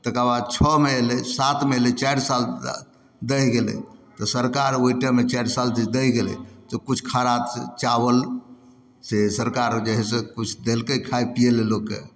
तकर बाद छओमे अएलै सातमे अएलै चारि साल दहि गेलै तऽ सरकार ओहि टाइममे चारि साल जे दहि गेलै तऽ किछु खड़ा चावल से सरकार जे हइ से किछु देलकै खाइ पिए ले लोकके